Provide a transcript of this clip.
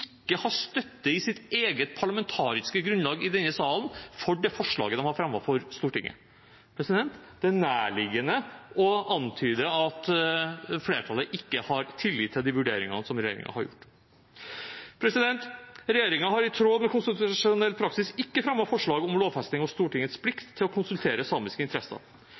denne salen for det forslaget de har fremmet for Stortinget. Det er nærliggende å antyde at flertallet ikke har tillit til de vurderingene regjeringen har gjort. Regjeringen har i tråd med konstitusjonell praksis ikke fremmet forslag om lovfesting av Stortingets plikt til å konsultere samiske interesser.